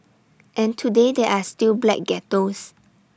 and today there are still black ghettos